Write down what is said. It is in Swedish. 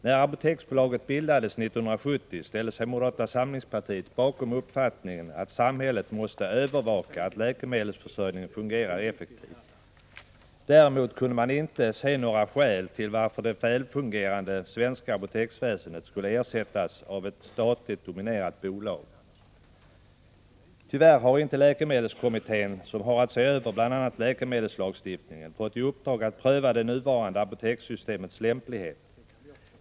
När Apoteksbolaget bildades 1970 ställde sig moderata samlingspartiet bakom uppfattningen att samhället måste övervaka att läkemedelsförsörjningen fungerar effektivt. Däremot kunde man inte se några skäl till att det välfungerande svenska apoteksväsendet skulle ersättas av ett statligt dominerat bolag. Tyvärr har inte läkemedelskommittén, som har att se över bl.a. läkemedelslagstiftningen, fått i uppdrag att pröva det nuvarande apotekssystemets lämplighet.